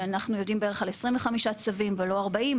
ואנחנו יודעים בערך על 25 צווים ולא 40,